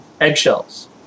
eggshells